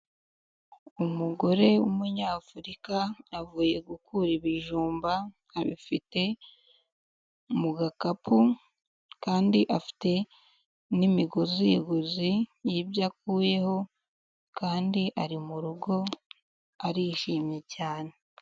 Umugore w'umunyafurika avuye gukura ibijumba abifite mu gakapu, kandi afite n'imigozi yaguzi y'ibyo akuyeho kandi ari mu rugo arishimye cyane.